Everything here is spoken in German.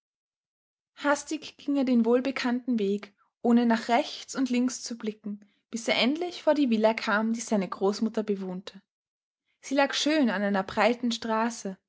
hastig ging er den wohlbekannten weg ohne nach rechts und links zu blicken bis er endlich vor die villa kam die seine großmutter bewohnte sie lag schön an einer breiten straße